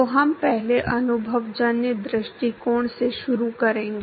तो हम पहले अनुभवजन्य दृष्टिकोण से शुरू करेंगे